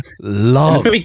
love